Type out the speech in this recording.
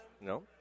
No